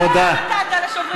על זה בשתיקה"?